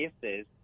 cases